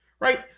Right